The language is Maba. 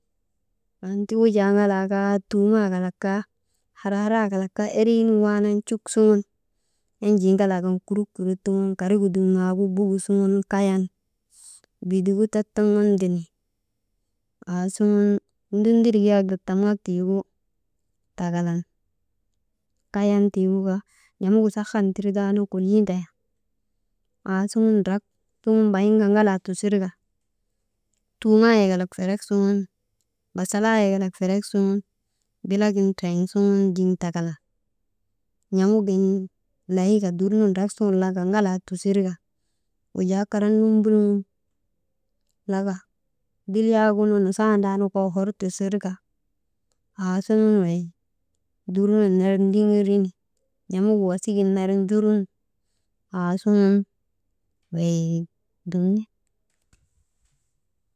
Anti wujaa ŋalaa kaa, tuumayek kalak kaa, haraarayek kalak kaa erii nun waanan cuk suŋun enjii ŋalaa kan kurut kurut tugun karigu dumaagu bugu suŋun kayan bitigu tattamaŋan ndenin aasuŋun mundindirik yak dattamak tiigu takalan kayan tiigu kaa, n̰amugu sahan tir taanu kolii ndayan aasuŋun drak sugun bayin ka ŋalaa tusirka. Tuumaayek kalak ferek suŋun basalaayek kalak ferek suŋun bilagin triŋ suŋun jiŋ takalan n̰amugin layinka durnu drak suŋun laka ŋalaa tusirka wujaa karan numbulŋun laka, dil yaagunu nusandaa tiigunukaa hor tusir ka aasuŋun wey dur nun ner nduŋirin n̰amugu wasigin ner njurun aasuŋun, wey dumti.